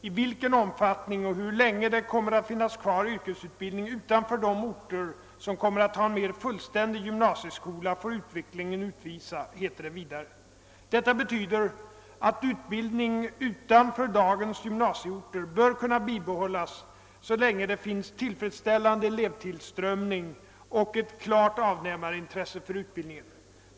I vilken omfattning och hur länge det kommer att finnas kvar yrkesutbildning utanför de orter som kommer att ha en mer fullständig gymnasieskola får utvecklingen utvisa, heter det vidare. Detta betyder att utbildningen utanför dagens gymnasieorter bör kunna bibehållas så länge det finns en tillfredsställande elevtillströmning och ett klart avnämarintresse för utbildningen.